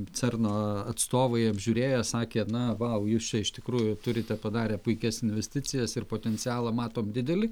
cerno atstovai apžiūrėję sakė na vau jūs čia iš tikrųjų turite padarę puikias investicijas ir potencialą matom didelį